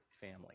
family